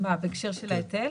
בהקשר של ההיטל?